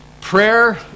Prayer